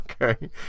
Okay